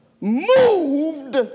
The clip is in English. moved